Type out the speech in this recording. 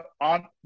on